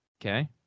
Okay